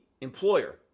employer